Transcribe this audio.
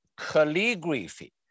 calligraphy